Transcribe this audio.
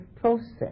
process